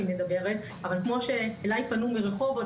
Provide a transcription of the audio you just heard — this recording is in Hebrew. כמו שפנו אליי מרחובות,